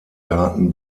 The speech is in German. daten